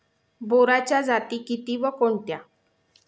बोराच्या जाती किती व कोणत्या?